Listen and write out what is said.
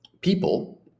people